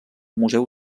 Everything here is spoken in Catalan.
museu